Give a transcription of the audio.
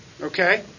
Okay